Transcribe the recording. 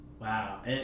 Wow